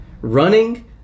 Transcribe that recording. Running